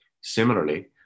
Similarly